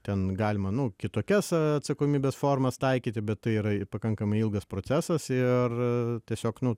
ten galima nu kitokias atsakomybės formas taikyti bet tai yra pakankamai ilgas procesas ir tiesiog nu